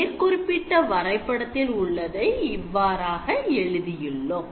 மேற்குறிப்பிட்ட வரைபடத்தில் உள்ளதையே இவ்வாறாக எழுதியுள்ளோம்